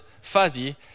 fuzzy